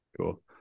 Cool